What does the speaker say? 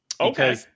Okay